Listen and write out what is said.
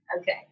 Okay